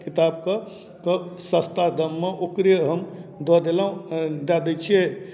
किताब कऽ कऽ सस्ता दाममे ओकरे हम दऽ देलहुँ दऽ दै छियै